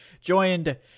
joined